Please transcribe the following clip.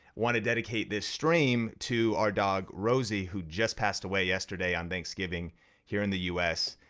wanna dedicate this stream to our dog rosie who just passed away yesterday on thanksgiving here in the us.